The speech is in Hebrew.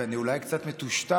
ואני אולי קצת מטושטש,